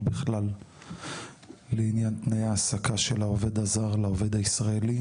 בכלל לעניין תנאי ההעסקה של העובד הזר לעובד הישראלי,